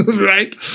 right